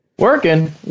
Working